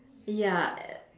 ya a~